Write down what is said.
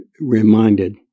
reminded